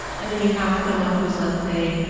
and then you have someone who's, let's say,